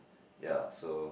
yea so